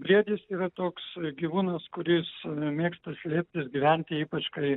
briedis yra toks gyvūnas kuris mėgsta slėptis gyventi ypač kai